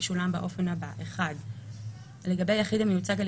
תשולם באופן הבא: לגבי יחיד המיוצג על